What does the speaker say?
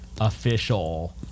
official